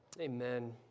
Amen